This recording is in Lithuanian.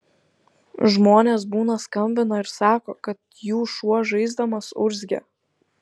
žmonės būna skambina ir sako kad jų šuo žaisdamas urzgia